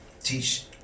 teach